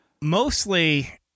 mostly